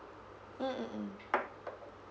mm mm mm